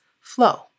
flow